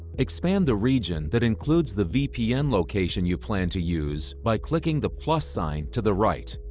expand the region that includes the vpn location you plan to use by clicking the plus sign to the right.